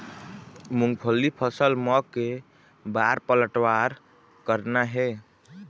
मूंगफली फसल म के बार पलटवार करना हे?